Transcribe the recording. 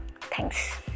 Thanks